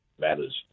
matters